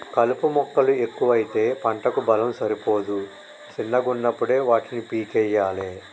కలుపు మొక్కలు ఎక్కువైతే పంటకు బలం సరిపోదు శిన్నగున్నపుడే వాటిని పీకేయ్యలే